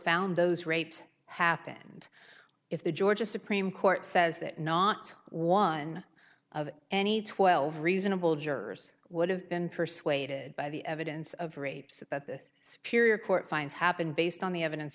found those rapes happened if the georgia supreme court says that not one of any twelve reasonable jurors would have been persuaded by the evidence of rapes that this period court finds happen based on the evidence